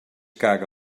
caga